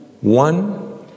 one